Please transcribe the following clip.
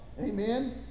Amen